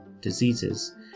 diseases